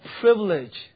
privilege